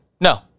no